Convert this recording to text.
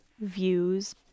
views